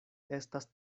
estas